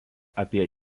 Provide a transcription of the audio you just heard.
apie